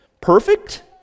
Perfect